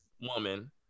woman